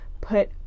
put